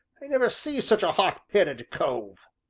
i never see such a hot-headed cove!